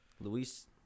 Luis